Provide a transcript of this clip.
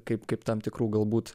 kaip kaip tam tikrų galbūt